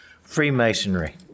Freemasonry